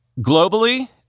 Globally